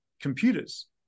computers